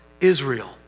Israel